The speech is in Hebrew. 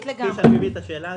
כפי שאני מבין את השאלה,